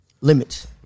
limits